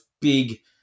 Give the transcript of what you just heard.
big